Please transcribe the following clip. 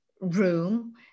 room